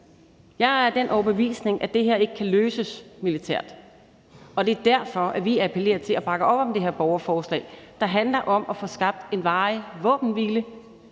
Jeg er af den overbevisning, at det her ikke kan løses militært, og det er derfor, vi appellerer til, at man bakker op om det her borgerforslag, der handler om at få skabt en varig våbenhvile